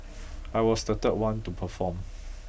I was the third one to perform